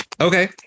Okay